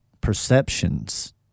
perceptions